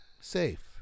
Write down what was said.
safe